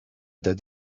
that